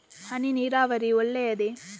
ಹನಿ ನೀರಾವರಿ ಒಳ್ಳೆಯದೇ?